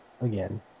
again